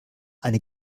eine